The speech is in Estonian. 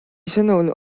sõnul